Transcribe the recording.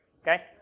okay